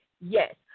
Yes